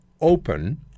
open